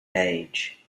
age